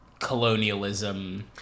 Colonialism